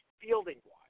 fielding-wise